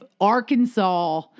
Arkansas